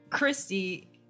Christy